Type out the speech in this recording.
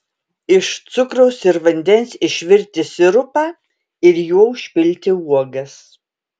iš cukraus ir vandens išvirti sirupą ir juo užpilti uogas